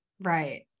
Right